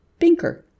Binker